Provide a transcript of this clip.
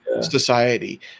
society